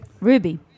Ruby